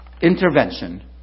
intervention